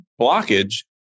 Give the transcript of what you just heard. blockage